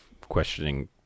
questioning